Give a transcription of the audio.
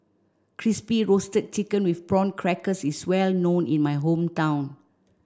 Crispy Roasted Chicken with Prawn Crackers is well known in my hometown